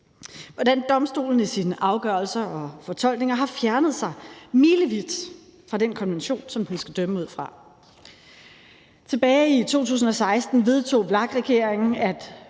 hvordan domstolen i sine afgørelser og fortolkninger har fjernet sig milevidt fra den konvention, som den skal dømme ud fra. Tilbage i 2016 vedtog VLAK-regeringen at